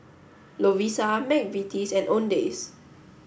Lovisa McVitie's and Owndays